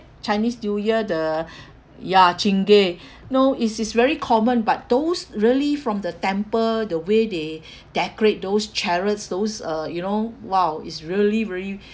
chinese new year the ya chingay no it's it's very common but those really from the temple the way they decorate those chariots those uh you know !wow! is really very